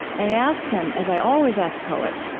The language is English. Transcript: i asked him, as i always ask poets,